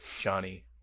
Johnny